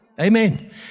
Amen